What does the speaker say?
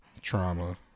trauma